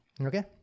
okay